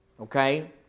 Okay